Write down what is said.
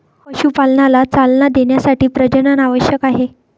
पशुपालनाला चालना देण्यासाठी प्रजनन आवश्यक आहे